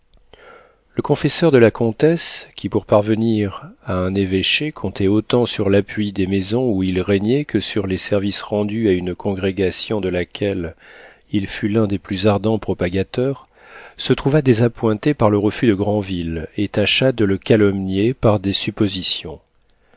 le confesseur de la comtesse qui pour parvenir à un évêché comptait autant sur l'appui des maisons où il régnait que sur les services rendus à une congrégation de laquelle il fut l'un des plus ardents propagateurs se trouva désappointé par le refus de granville et tâcha de le calomnier par des suppositions